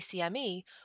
ACME